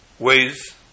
ways